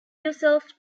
yourself